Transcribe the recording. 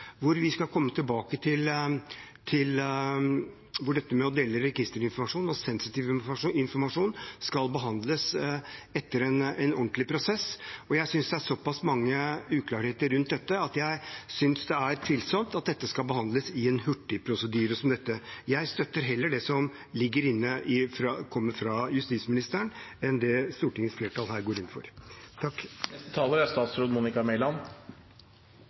vi skal komme tilbake til dette, at dette med å dele registerinformasjon og sensitiv informasjon skal behandles etter en ordentlig prosess. Jeg synes det er såpass mange uklarheter rundt dette at det er tvilsomt om dette skal behandles i en hurtigprosedyre som dette. Jeg støtter heller det som kommer fra justisministeren, enn det Stortingets flertall her går inn for. La meg innledningsvis forsikre om at regjeringen selvsagt følger den globale kriminalitetsutviklingen. Vi er